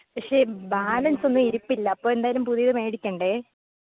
പക്ഷേ ബാലൻസ് ഒന്നും ഇരിപ്പില്ല അപ്പോൾ എന്തായാലും പുതിയത് മേടിക്കേണ്ടേ